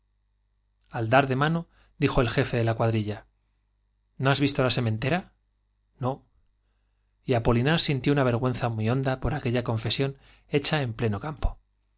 al dar de mano dijo el jefe de la cuadrilla no has visto la sementera no y apolinar sintió una vergüenza muy honda por aquella confesión hecha en pleno campo